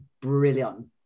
brilliant